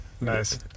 nice